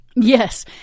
Yes